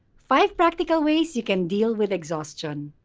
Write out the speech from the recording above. five practical ways you can deal with exhaustion.